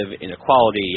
inequality